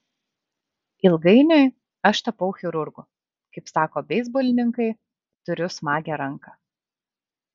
ilgainiui aš tapau chirurgu kaip sako beisbolininkai turiu smagią ranką